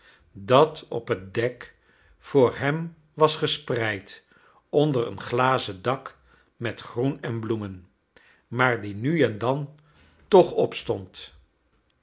dat op het dek voor hem was gespreid onder een glazen dak met groen en bloemen maar die nu en dan toch opstond